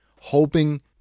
hoping